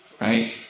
right